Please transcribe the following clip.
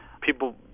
People